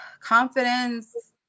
Confidence